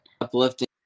Uplifting